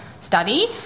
study